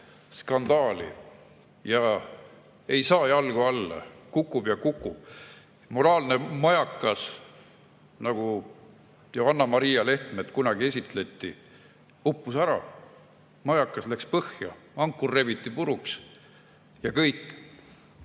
skandaali ja ei saa jalgu alla, kukub ja kukub. Moraalne majakas, nagu Johanna-Maria Lehtmet kunagi esitleti, uppus ära. Majakas läks põhja, ankur rebiti puruks. Ja kõik! Ja